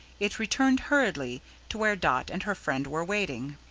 it returned hurriedly to where dot and her friend were waiting.